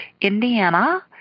Indiana